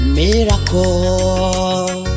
miracle